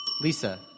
Lisa